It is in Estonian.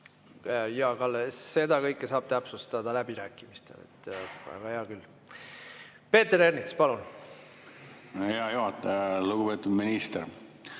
Jaa, Kalle, seda kõike saab täpsustada läbirääkimistel. Aga hea küll. Peeter Ernits, palun! Hea juhataja! Lugupeetud minister!